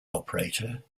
operator